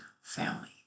family